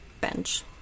bench